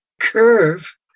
curve